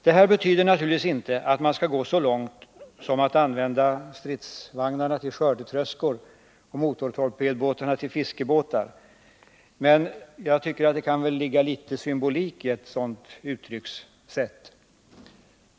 Det betyder naturligtvis inte att man skall gå så långt att man använder stridsvagnar som skördetröskor och motortorpedbåtar som fiskebåtar. Men en viss symbolik kan väl ligga i ett sådant uttryckssätt.